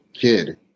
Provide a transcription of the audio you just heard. kid